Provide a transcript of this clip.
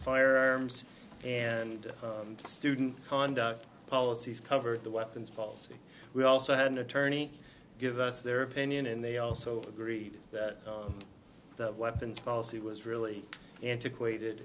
firearms and student conduct policies cover the weapons policy we also had an attorney give us their opinion and they also agreed that the weapons policy was really antiquated